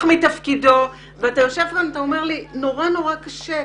מתפקידו ואתה יושב כאן ואומר לי שנורא נורא קשה.